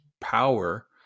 power